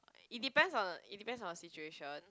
it depends on the it depends on the situation